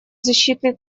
защитный